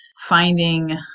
finding